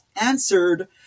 answered